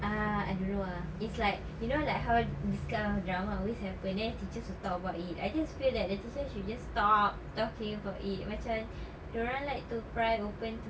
uh I don't know ah it's like you know like how this kind of drama always happen then teachers will talk about it I just feel that the teachers should just stop talking about it macam dorang like to pry open to